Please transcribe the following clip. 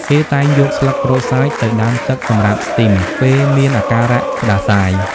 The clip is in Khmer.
គេតែងយកស្លឹកក្រូចសើចទៅដាំទឹកសម្រាប់ស្ទីម ពេលមានអាការៈផ្តាសាយ។